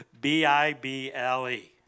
B-I-B-L-E